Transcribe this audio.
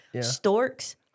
storks